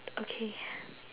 okay